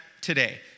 today